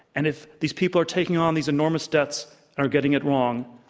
and if these people are taking on these enormous debts are getting it wrong,